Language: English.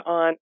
on